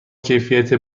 کیفیت